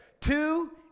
Two